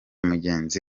mugenzi